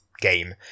Game